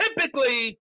typically